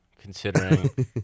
considering